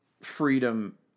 freedom